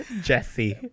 Jesse